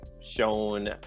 shown